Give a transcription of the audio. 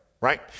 right